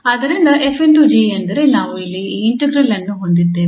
ಆದ್ದರಿಂದ 𝑓 ∗ 𝑔 ಎಂದರೆ ನಾವು ಇಲ್ಲಿ ಈ ಇಂಟಿಗ್ರಾಲ್ ಅನ್ನು ಹೊಂದಿದ್ದೇವೆ